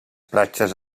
platges